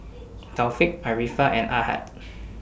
Taufik Arifa and Ahad